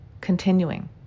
continuing